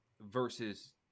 versus